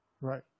Right